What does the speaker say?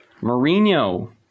Mourinho